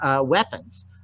weapons